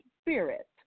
spirit